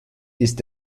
ist